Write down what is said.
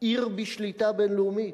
עיר בשליטה בין-לאומית.